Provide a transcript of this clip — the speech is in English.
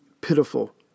pitiful